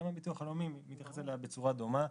הביטוח הלאומי מתייחס אליה בצורה דומה.